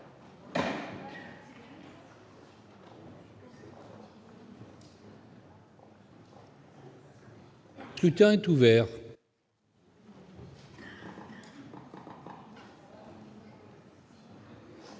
Le scrutin est ouvert.